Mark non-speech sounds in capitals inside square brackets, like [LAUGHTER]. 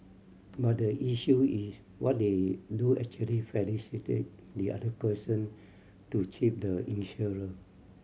but the issue is what they do actually [UNINTELLIGIBLE] the other person to cheat the insurer